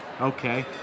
Okay